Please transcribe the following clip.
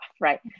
right